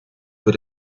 für